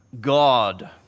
God